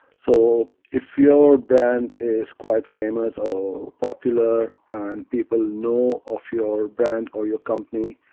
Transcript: so if your brand is quite famous or popular and people know of your brand or your company,